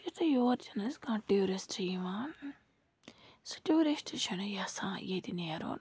یُتھُے یور چھِنہٕ حظ کانٛہہ ٹیوٗرِسٹ یِوان سُہ ٹیوٗرِسٹ چھُنہٕ یَژھان ییٚتہِ نیرُن